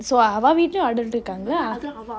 so அவா வீட்டுல ஆலு இருக்காங்கலெ:avaa veetule aalu irukaangele